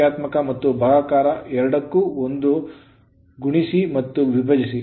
ಸಂಖ್ಯಾತ್ಮಕ ಮತ್ತು ಭಾಗಾಕಾರ ಎರಡಕ್ಕೂ ಒಂದು ಗುಣಿಸಿ ಮತ್ತು ವಿಭಜಿಸಿ